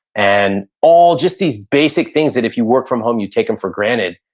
and all, just these basic things that if you work from home, you take them for granted.